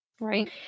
Right